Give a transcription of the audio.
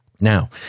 Now